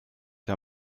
der